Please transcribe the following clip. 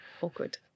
awkward